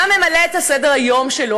מה ממלא את סדר-היום שלו,